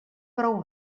prou